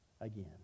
again